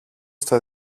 στο